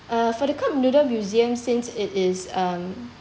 uh for the cup noodle museum since it is um